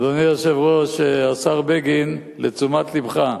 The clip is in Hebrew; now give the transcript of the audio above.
אדוני היושב-ראש, השר בגין, לתשומת לבך: